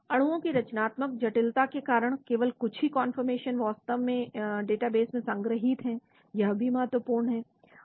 अणुओं की रचनात्मक जटिलता के कारण केवल कुछ ही कौनफॉर्मेशन वास्तव में डाटाबैंक में संग्रहीत हैं यह भी महत्वपूर्ण है